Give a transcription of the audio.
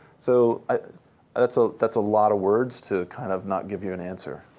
so that's ah that's a lot of words to kind of not give you an answer.